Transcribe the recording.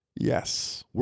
Yes